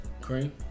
cream